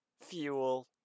fuel